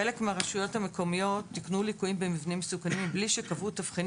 חלק מהרשויות המקומיות תיקנו ליקויים במבנים מסוכנים בלי שקבעו תבחיני